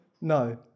No